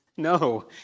No